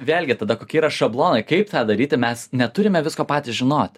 vėlgi tada kokie yra šablonai kaip tą daryt tai mes neturime visko patys žinot mums tiesiog reikia